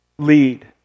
lead